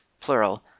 plural